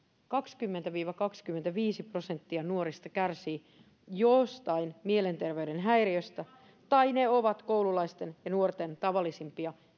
kaksikymmentä viiva kaksikymmentäviisi prosenttia nuorista kärsii jostain mielenterveyden häiriöstä ne ovat koululaisten ja nuorten tavallisimpia